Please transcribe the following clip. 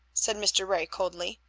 said mr. ray coldly.